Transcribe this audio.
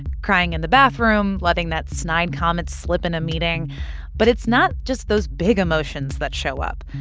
crying in the bathroom, letting that snide comment slip in a meeting but it's not just those big emotions that show up.